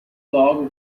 logo